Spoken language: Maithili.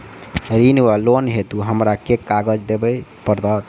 ऋण वा लोन हेतु हमरा केँ कागज देबै पड़त?